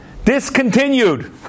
Discontinued